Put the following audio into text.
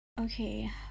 Okay